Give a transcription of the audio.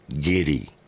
giddy